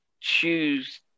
choose